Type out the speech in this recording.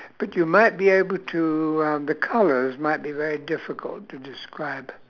but you might be able to um the colours might be very difficult to describe